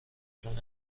چون